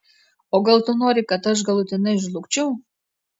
o gal tu nori kad aš galutinai žlugčiau